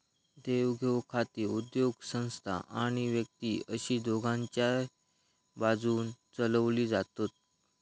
देवघेव खाती उद्योगसंस्था आणि व्यक्ती अशी दोघांच्याय बाजून चलवली जातत